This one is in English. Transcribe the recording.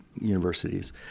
universities